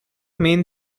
main